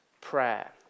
prayer